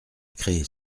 créer